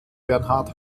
bernhard